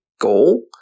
goal